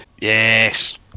Yes